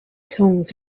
tongs